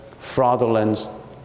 fraudulence